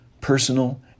personal